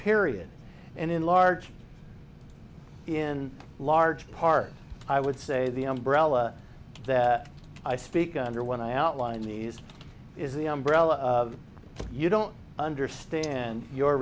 period and in large in large part i would say the umbrella that i speak under when i outlined these is the umbrella you don't understand your